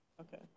Okay